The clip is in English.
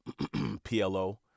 PLO